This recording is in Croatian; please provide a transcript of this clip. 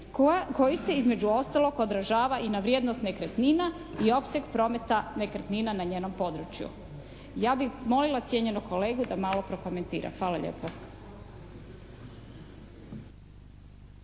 koji se između ostalog održava i na vrijednost nekretnina i opseg prometa nekretnina na njenom području. Ja bih molila cijenjenog kolegu da malo prokomentira. Hvala lijepo.